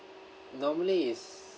normally it's